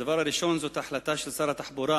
הדבר הראשון הוא החלטת שר התחבורה